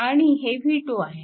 आणि हे v2 आहे